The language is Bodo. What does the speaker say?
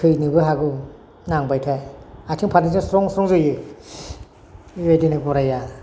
थैनोबो हागौ नांब्लाथाय आथिं फारनैजों स्रं स्रं जोयो बेबादिनो गराया